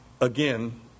again